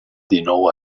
dinou